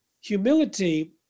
humility